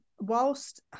Whilst